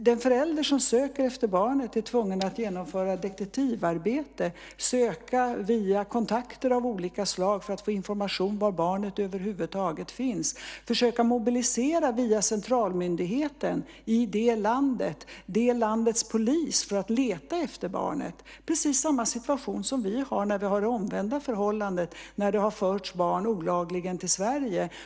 Den förälder som söker efter barnet är tvungen att genomföra ett detektivarbete och söka via kontakter av olika slag för att få information om var barnet finns. Man får försöka mobilisera polisen via centralmyndigheten i det landet för att leta efter barnet. Det är precis samma situation som när vi har det omvända förhållandet, det vill säga när det har förts barn olagligen till Sverige.